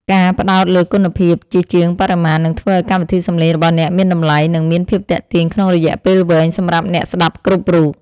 ការផ្តោតលើគុណភាពជាជាងបរិមាណនឹងធ្វើឱ្យកម្មវិធីសំឡេងរបស់អ្នកមានតម្លៃ និងមានភាពទាក់ទាញក្នុងរយៈពេលវែងសម្រាប់អ្នកស្តាប់គ្រប់រូប។